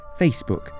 Facebook